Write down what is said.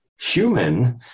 human